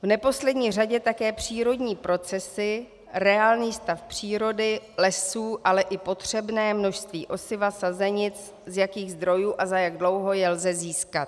V neposlední řadě také přírodní procesy, reálný stav přírody, lesů, ale i potřebné množství osiva, sazenic, z jakých zdrojů a za jak dlouho je lze získat.